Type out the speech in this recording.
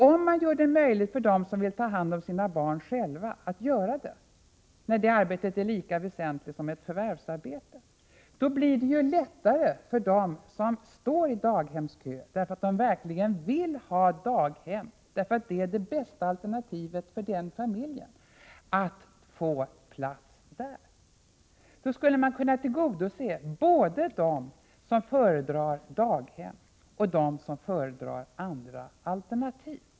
Om man gör det möjligt för dem som vill ta hand om sina barn själva att göra detta, när det arbetet är lika väsentligt som ett förvärvsarbete, blir det lättare för dem som står i daghemskö därför att de verkligen vill ha en daghemsplats, därför att det är det bästa alternativet för den familjen att få en plats där. Då skulle man kunna tillgodose både dem som föredrar daghem och dem som föredrar andra alternativ.